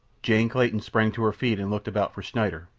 jane clayton sprang to her feet and looked about for schneider,